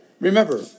remember